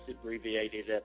abbreviated